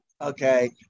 okay